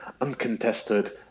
uncontested